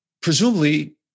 presumably